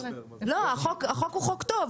החוק הוא חוק טוב,